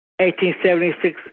1876